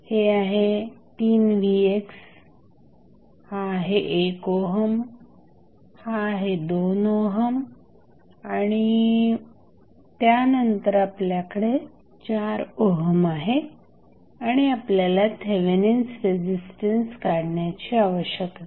हे आहे 3vx हा आहे 1 ओहम हा आहे 2 ओहम आणि त्यानंतर आपल्याकडे 4 ओहम आहे आणि आपल्याला थेवेनिन्स रेझिस्टन्स काढण्याची आवश्यकता आहे